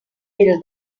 build